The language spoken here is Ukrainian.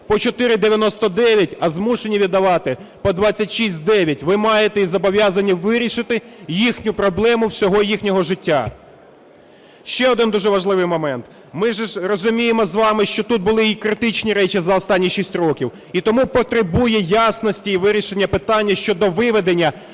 по 4,99, а змушені віддавати по 26,9. Ви маєте і зобов'язані вирішити їхню проблему всього їхнього життя. Ще один дуже важливий момент. Ми ж розуміємо з вами, що тут були і критичні речі за останні 6 років, і тому потребує ясності і вирішення питання щодо виведення